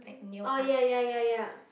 oh ya ya ya ya